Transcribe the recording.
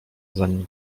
zanim